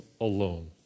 alone